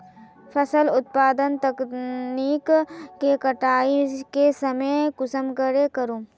फसल उत्पादन तकनीक के कटाई के समय कुंसम करे करूम?